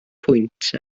pwynt